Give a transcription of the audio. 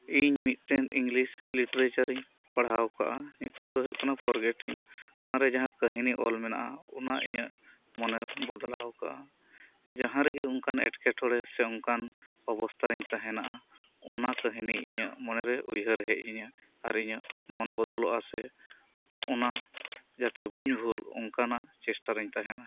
ᱤᱧ ᱢᱤᱫᱴᱮᱱ ᱤᱝᱞᱤᱥ ᱞᱤᱴᱟᱨᱮᱪᱟᱨᱮᱧ ᱯᱟᱲᱦᱟᱣ ᱟᱠᱟᱫᱼᱟ ᱧᱩᱛᱩᱢ ᱫᱚ ᱦᱩᱭᱩᱜ ᱠᱟᱱᱟ ᱯᱷᱚᱨᱜᱮᱴᱤᱝ ᱚᱱᱟᱨᱮ ᱡᱟᱦᱟᱸ ᱠᱟᱦᱤᱱᱤ ᱚᱞ ᱢᱮᱱᱟᱜᱼᱟ ᱚᱱᱟ ᱤᱧᱟᱧᱹᱜ ᱢᱚᱱᱮ ᱵᱚᱫᱽᱞᱟᱣ ᱠᱟᱜᱼᱟ ᱡᱟᱦᱟᱸ ᱨᱮᱜᱮ ᱚᱱᱠᱟᱱ ᱮᱴᱠᱮ ᱴᱚᱬᱮ ᱥᱮ ᱚᱱᱠᱟᱱ ᱚᱵᱚᱥᱛᱷᱟᱨᱮᱧ ᱛᱟᱦᱮᱱᱟ ᱚᱱᱟ ᱠᱟᱦᱤᱱᱤᱤᱧᱟᱹᱜ ᱢᱚᱱᱮᱨᱮ ᱩᱭᱦᱟᱹᱨ ᱦᱮᱡ ᱟᱹᱧᱟᱹ ᱟᱨ ᱤᱧᱟᱹᱜ ᱢᱚᱱ ᱵᱚᱫᱚᱞᱚᱜᱼᱟ ᱥᱮ ᱚᱱᱟ ᱡᱟᱛᱮ ᱵᱟᱹᱧᱵᱷᱩᱞ ᱚᱝᱠᱟᱱᱟᱜ ᱪᱮᱥᱴᱟᱨᱮᱧ ᱛᱟᱦᱮᱱᱟ